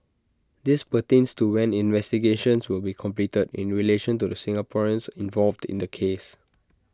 this pertains to when investigations will be completed in relation to the Singaporeans involved in the case